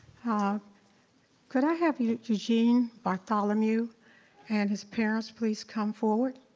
ah could i have you know eugene bartholomew and his parents please come forward?